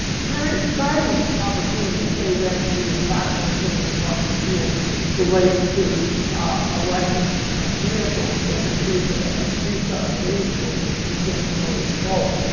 very exciting opportunity to save energy and not burn so many fossil fuels relates to electric vehicles, whether it be the the nissan leaf or the new general motors volt.